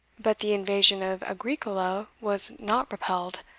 but the invasion of agricola was not repelled.